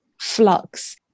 flux